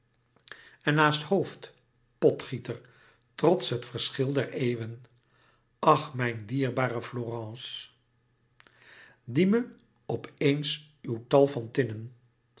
en naast hooft potgieter trots het verschil der eeuwen ach mijn dierbaar florence die me op eens uw tal van tinnen